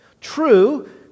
true